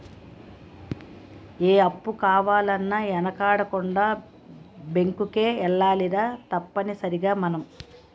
ఏ అప్పు కావాలన్నా యెనకాడకుండా బేంకుకే ఎల్లాలిరా తప్పనిసరిగ మనం